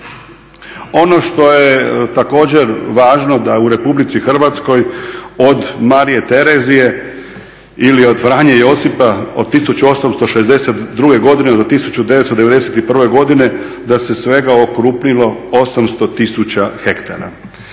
Ono što je također važno da u RH od Marije Terezije ili od Franje Josipa do 1862. do 1991. godine, da se svega okrupnilo 800 tisuća hektara.